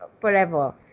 forever